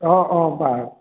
অঁ অঁ বাৰু